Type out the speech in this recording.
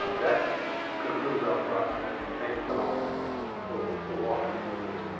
that concludes our process and thank you all for for walking through this.